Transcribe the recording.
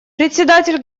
председатель